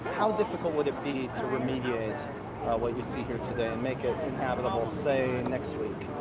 how difficult would it be to remediate what you see here today and make it inhabitable, say, next week?